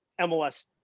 MLS